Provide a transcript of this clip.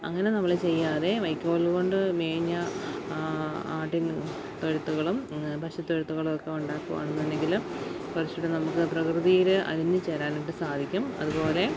അങ്ങനെ നമ്മള് ചെയ്യാതെ വൈക്കോലുകൊണ്ട് മേഞ്ഞ ആട്ടിൻ തൊഴുത്തുകളും പശുത്തൊഴുത്തുകളും ഒക്കെ ഉണ്ടാക്കുവാണെന്നുണ്ടെങ്കില് കുറച്ചുകൂടെ നമുക്ക് പ്രകൃതിയില് അലിഞ്ഞുചേരാനായിട്ട് സാധിക്കും അതുപോലെ